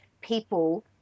people